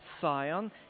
Sion